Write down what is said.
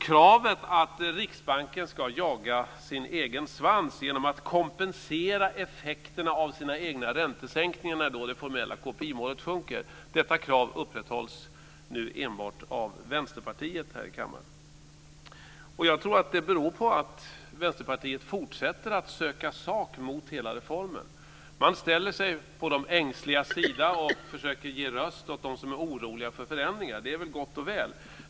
Kravet att Riksbanken ska jaga sin egen svans genom att kompensera effekterna av sina egna räntesänkningar när det formella KPI-målet sjunker upprätthålls nu enbart av Vänsterpartiet här i kammaren. Jag tror att det beror på att Vänsterpartiet fortsätter att söka sak mot hela reformen. Man ställer sig på de ängsligas sida och försöker ge röst åt dem som är oroliga för förändringar, och det är väl gott och väl.